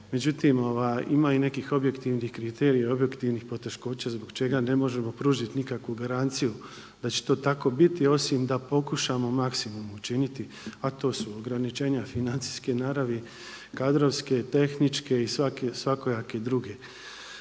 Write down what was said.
Međutim ima i nekih objektivnih kriterija i objektivnih poteškoća zbog čega ne možemo pružiti nikakvu garanciju da će to tako biti osim da pokušamo maksimum učiniti, a to su ograničenja financijske naravi, kadrovske, tehničke i svakojake druge.